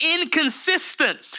inconsistent